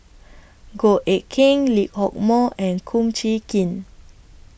Goh Eck Kheng Lee Hock Moh and Kum Chee Kin